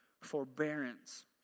forbearance